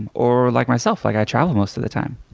or like myself, like i travel most of the time.